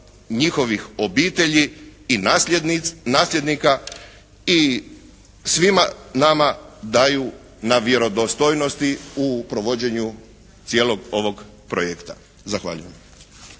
njihovih obitelji i nasljednika i svima nama daju na vjerodostojnosti u provođenju cijelog ovog projekta. Zahvaljujem.